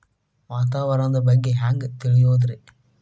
ವಾತಾವರಣದ ಬಗ್ಗೆ ಹ್ಯಾಂಗ್ ತಿಳಿಯೋದ್ರಿ?